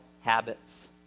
habits